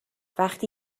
وقتی